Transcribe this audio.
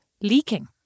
leaking